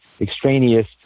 extraneous